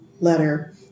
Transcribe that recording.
letter